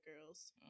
girls